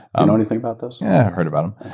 ah know anything about those? yeah, i heard about them.